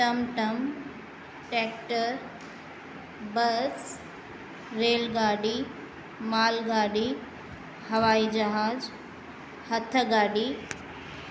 टमटम tractor bus रेलगाॾी मालगाॾी हवाईजहाज हथगाॾी